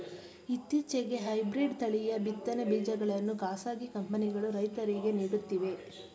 ಇತ್ತೀಚೆಗೆ ಹೈಬ್ರಿಡ್ ತಳಿಯ ಬಿತ್ತನೆ ಬೀಜಗಳನ್ನು ಖಾಸಗಿ ಕಂಪನಿಗಳು ರೈತರಿಗೆ ನೀಡುತ್ತಿವೆ